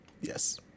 Yes